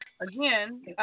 Again